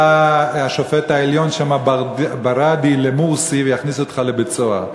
שופט העליון שם למורסי ויכניסו אותך לבית-סוהר.